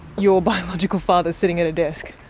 your biological father is sitting at a desk?